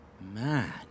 Man